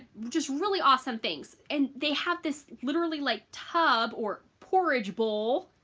just really awesome things. and they have this literally like tub or porridge bowl